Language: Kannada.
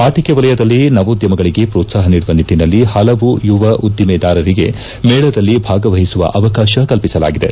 ಆಟಕೆ ವಲಯದಲ್ಲಿ ನವೋದ್ಯಮಗಳಿಗೆ ಹೋತ್ಸಾಹ ನೀಡುವ ನಿಟ್ಲನಲ್ಲಿ ಹಲವು ಯುವ ಉದ್ಲಿಮೆದಾರರಿಗೆ ಮೇಳದಲ್ಲಿ ಭಾಗವಹಿಸುವ ಅವಕಾಶ ಕಲ್ಪಿಸಲಾಗಿದೆ